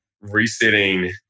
resetting